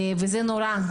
וזה נורא.